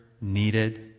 needed